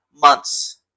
months